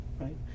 right